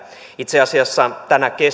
itse asiassa tänä